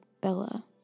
Bella